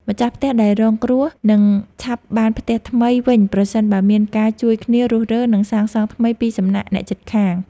ម្ចាស់ផ្ទះដែលរងគ្រោះនឹងឆាប់បានផ្ទះថ្មីវិញប្រសិនបើមានការជួយគ្នារុះរើ និងសាងសង់ថ្មីពីសំណាក់អ្នកជិតខាង។